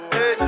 Hey